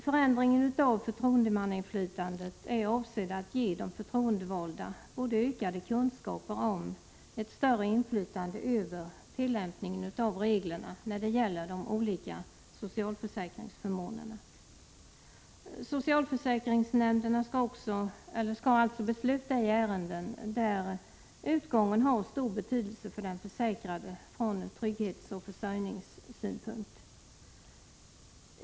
Förändringen av förtroendemannainflytandet är avsett att ge de förtroendevalda både ökade kunskaper om och ett större inflytande över tillämpningen av reglerna när det gäller olika socialförsäkringsförmåner. Socialförsäkringsnämnderna skall alltså besluta i ärenden där utgången har stor betydelse för den försäkrade från trygghetsoch försörjningssynpunkt.